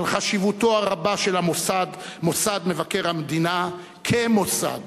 חשיבותו הרבה של מוסד מבקר המדינה כמוסד